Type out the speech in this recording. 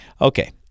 okay